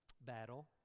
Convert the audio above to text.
battle